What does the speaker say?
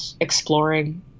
exploring